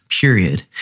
period